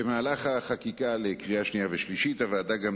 במהלך החקיקה לקריאה שנייה ושלישית הוועדה גם